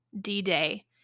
D-Day